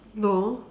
no